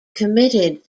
committed